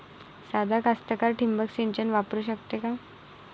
सादा कास्तकार ठिंबक सिंचन वापरू शकते का?